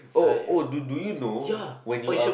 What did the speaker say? (ohoh) do do you know when you are